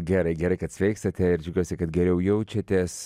gerai gerai kad sveikstate ir džiaugiuosi kad geriau jaučiatės